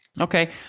Okay